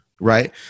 Right